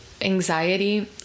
anxiety